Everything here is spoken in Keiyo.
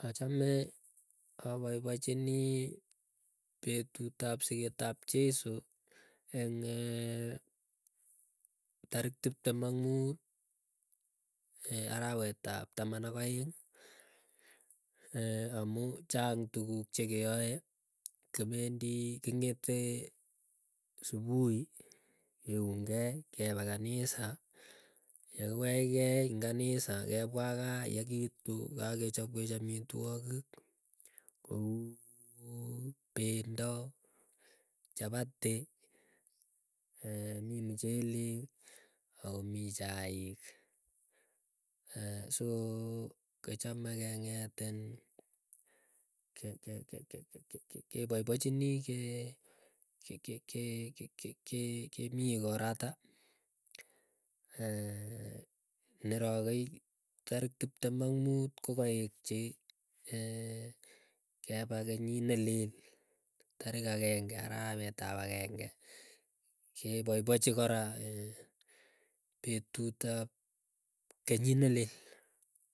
Achame apaipachinii, petut ab siket ab cheiso, eng'e tarik tiptem ak muut. Arawet ab taman ak aeng, amuu chang tukuk chekeae kipendii king'etee supuii keungei kepe kanisa. Kepwaa kaa yekiitu, kakechopwech amitwokik kou pendo, chapati, mii muchelek, akomii chaik soo kichame keng'etin ke ke ke kepaipachini kee kemiikorata, nerokei tarik tiptem ak muut kokaekchi kepa kenyit nelel arawet ap ageng'e kepaipachi kora petut ap kenyit nelel.